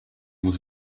was